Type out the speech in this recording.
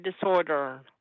disorder